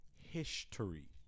history